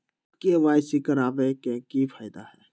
KYC करवाबे के कि फायदा है?